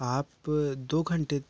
आप दो घंटे